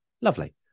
Lovely